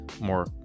more